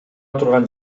турган